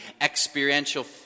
experiential